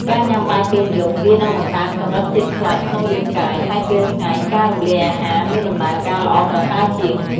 ការញុំាបាយពេលយប់វានឹងបង្កើនកម្រិតជាតិខ្លាញ់ក្នុងរាងកាយ ហើយពេលថ្ងៃការរំលាយអាហារមានដំណើរការល្អប្រសើរជាង។